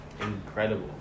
incredible